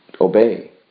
obey